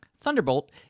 Thunderbolt